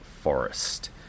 forest